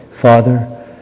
Father